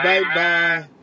Bye-bye